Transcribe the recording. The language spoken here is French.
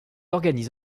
organise